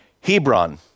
Hebron